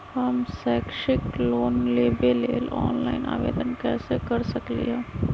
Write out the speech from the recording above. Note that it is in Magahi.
हम शैक्षिक लोन लेबे लेल ऑनलाइन आवेदन कैसे कर सकली ह?